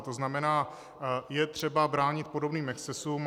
To znamená, je třeba bránit podobným excesům.